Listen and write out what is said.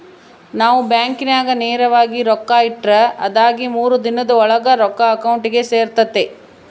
ನಾವು ಬ್ಯಾಂಕಿನಾಗ ನೇರವಾಗಿ ರೊಕ್ಕ ಇಟ್ರ ಅದಾಗಿ ಮೂರು ದಿನುದ್ ಓಳಾಗ ರೊಕ್ಕ ಅಕೌಂಟಿಗೆ ಸೇರ್ತತೆ